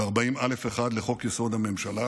ו-40(א1) לחוק-יסוד: הממשלה,